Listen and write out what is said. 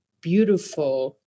beautiful